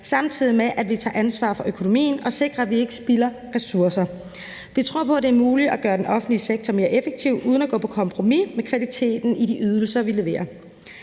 samtidig med at vi tager ansvar for økonomien og sikrer, at vi ikke spilder ressourcer. Vi tror på, at det er muligt, at gøre den offentlige sektor mere effektiv uden at gå på kompromis med kvaliteten i de ydelser, vi leverer.